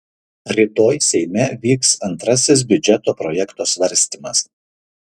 rytoj seime vyks antrasis biudžeto projekto svarstymas